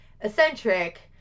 eccentric